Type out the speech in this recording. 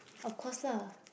of course lah